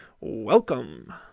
welcome